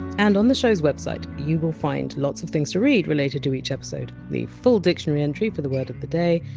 and on the show! s website you! ll find lots of things to read related to each episode, the full dictionary entry for the word of the day,